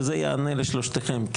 וזה יענה לשלושתכם.